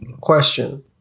Question